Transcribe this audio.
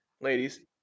ladies